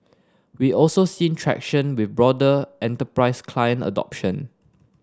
we also seen traction with broader enterprise client adoption